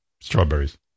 strawberries